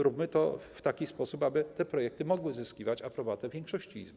Róbmy to w taki sposób, aby te projekty mogły zyskiwać aprobatę większości Izby.